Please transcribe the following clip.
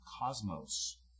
cosmos